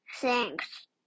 thanks